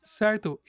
certo